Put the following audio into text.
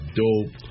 dope